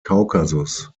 kaukasus